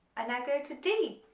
and i go to d,